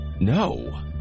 No